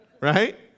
Right